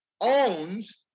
owns